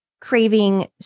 craving